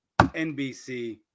NBC